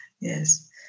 Yes